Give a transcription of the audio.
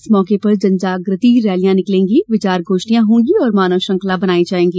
इस मौके पर जनजाग्रति रैलियां निकलेंगी विचार गोष्ठियां होंगी और मानव श्रृंखला बनाई जाएगी